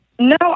No